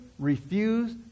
Refuse